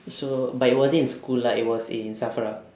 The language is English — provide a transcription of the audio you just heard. so but it wasn't in school lah it was in SAFRA